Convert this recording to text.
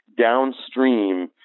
downstream